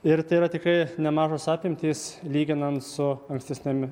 ir tai yra tikrai nemažos apimtys lyginant su ankstesnėm